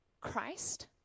Christ